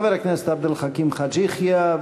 חבר הכנסת עבד אל חכים חאג' יחיא,